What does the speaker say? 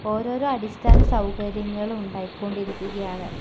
ഓരോരോ അടിസ്ഥാന സൌകര്യങ്ങൾ ഉണ്ടായിക്കൊണ്ടിരിക്കുകയാണ്